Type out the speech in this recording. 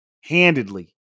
handedly